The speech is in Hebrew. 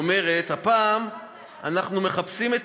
היא אומרת: הפעם אנחנו מחפשים את